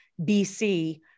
BC